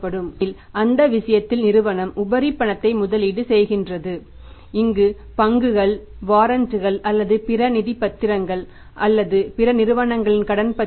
ஏனெனில் அந்த விஷயத்தில் நிறுவனம் உபரி பணத்தை முதலீடு செய்கின்றது இது பங்குகள் வாரண்டு கள் அல்லது பிற நிதி பத்திரங்கள் அல்லது பிற நிறுவனங்களின் கடன் பத்திரங்கள்